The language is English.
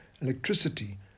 electricity